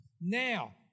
Now